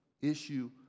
issue